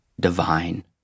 divine